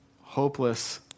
hopeless